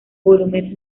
volúmenes